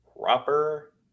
proper